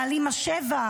מעלים מס שבח,